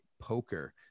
poker